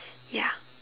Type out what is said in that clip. ya